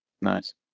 Nice